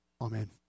Amen